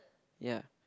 ya